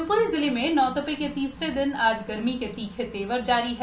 शिवप्री जिले में नौतपा के तीसरे दिन आज गर्मी के तीखे तेवर जारी है